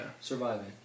Surviving